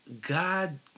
god